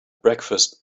breakfast